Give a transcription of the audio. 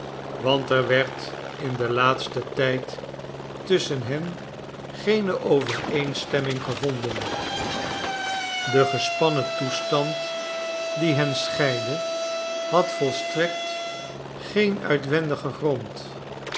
want er werd in den laatsten tijd tusschen hen geene overeenstemming gevonden de gespannen toestand die hen scheidde had volstrekt geen uitwendigen grond